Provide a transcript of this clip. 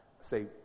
say